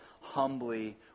humbly